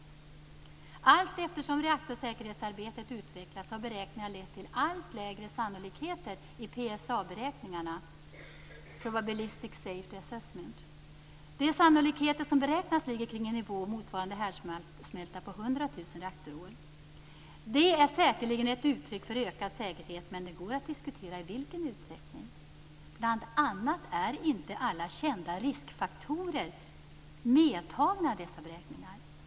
Allteftersom säkerhetsarbetet med reaktorerna har utvecklats har beräkningar lett till allt lägre sannolikheter i PSA-beräkningarna, probability safety assessment. De sannolikheter som räknas fram ligger på en nivå motsvarande härdsmälta på 100 000 reaktorår. Det är säkerligen ett uttryck för ökad säkerhet, men det går att diskutera i vilken utsträckning. Bl.a. är inte alla kända riskfaktorer medtagna i dessa beräkningar.